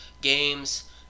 games